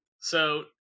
So-